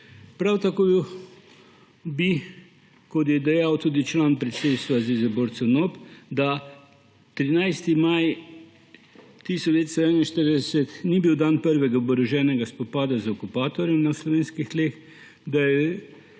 Prav tako je dejal tudi član predsedstva zveze borcev NOB, da 13. maj 1941 ni bil dan prvega oboroženega spopada z okupatorjem na slovenskih tleh,